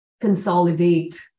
consolidate